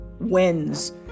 wins